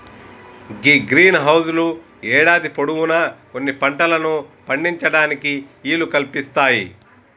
గీ greenhouse లు యేడాది పొడవునా కొన్ని పంటలను పండించటానికి ఈలు కల్పిస్తాయి